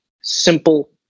Simple